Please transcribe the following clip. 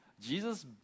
Jesus